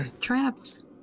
traps